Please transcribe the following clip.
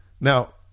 Now